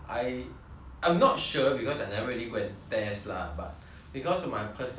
I'm not sure because I never really go and test lah but because my personal um